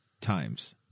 times